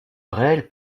réelles